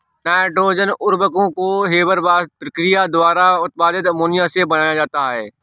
nitrogen उर्वरकों को Haber Bosch प्रक्रिया द्वारा उत्पादित अमोनिया से बनाया जाता है